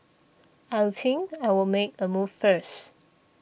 I think I'll make a move first